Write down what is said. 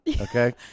Okay